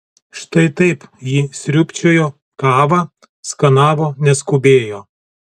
štai taip ji sriūbčiojo kavą skanavo neskubėjo